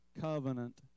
covenant